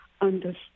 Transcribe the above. understand